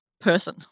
person